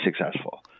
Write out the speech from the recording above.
successful